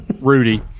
Rudy